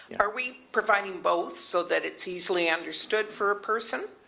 are we providing both so that it's easily understood for a person?